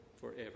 forever